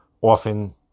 often